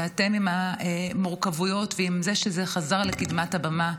ואתם עם המורכבויות ועם זה שזה חזר לקדמת הבמה,